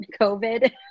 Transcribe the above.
COVID